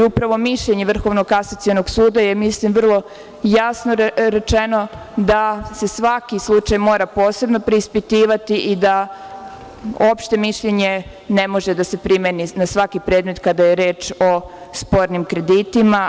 Upravo mišljenje VKS je vrlo jasno rečeno, da se svaki slučaj mora posebno preispitivati i da opšte mišljenje ne može da se primeni na svaki predmet kada je reč o spornim kreditima.